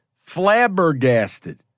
flabbergasted